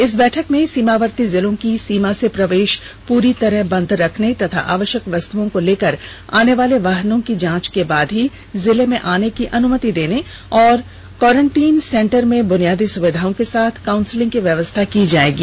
इस बैठक में सीमावर्ती जिलों की सीमा से प्रवेश पूरी तरह बंद रखने तथा आवश्यक वस्तुओं को लेकर आने वाले वाहनों की जांच के बाद ही जिले में आने की अनुमति देने और क्वॉरेंटीन सेंटर में बुनियादी सुविधाओं के साथ काउंसलिंग की व्यवस्था की जाएगी